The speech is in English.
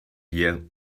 year